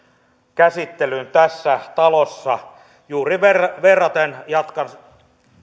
käsittelyn tässä talossa juuri verraten verraten jatkan